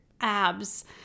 abs